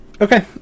Okay